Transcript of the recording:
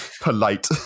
polite